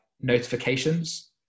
notifications